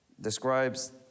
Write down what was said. describes